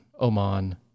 Oman